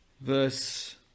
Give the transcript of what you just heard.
verse